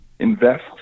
invest